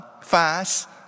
fast